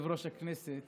יושב-ראש הכנסת